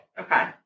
Okay